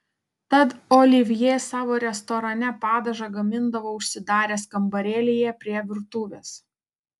tad olivjė savo restorane padažą gamindavo užsidaręs kambarėlyje prie virtuvės